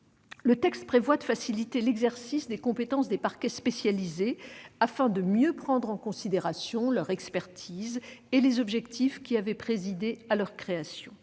le texte prévoit de faciliter l'exercice des compétences des parquets spécialisés afin de mieux prendre en considération leur expertise et les objectifs qui avaient présidé à leur création.